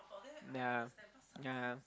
yeah yeah